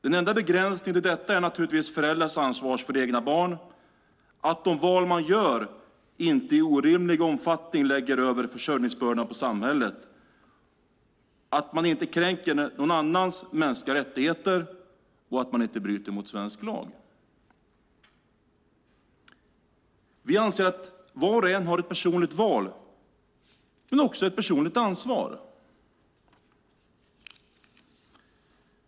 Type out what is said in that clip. Den enda begränsningen i detta är naturligtvis föräldrars ansvar för egna barn, att de val man gör inte i orimlig omfattning lägger över försörjningsbördan på samhället, inte kränker någon annans mänskliga rättigheter och att man inte bryter mot svensk lag. Vi anser att var och en har ett personligt val, men också ett personligt ansvar.